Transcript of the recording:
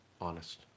honest